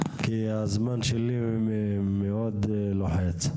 כי הזמן שלי מאוד לוחץ.